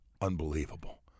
unbelievable